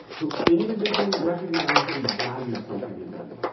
who individually recognized and valued something in them.